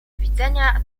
widzenia